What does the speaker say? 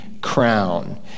crown